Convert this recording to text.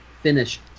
finish